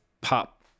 Pop